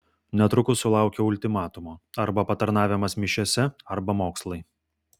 netrukus sulaukiau ultimatumo arba patarnavimas mišiose arba mokslai